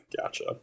Gotcha